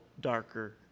darker